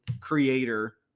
creator